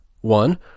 one